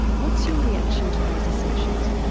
what's your reaction to those assertions?